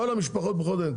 כל המשפחות ברוכות הילדים,